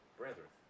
brethren